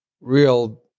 real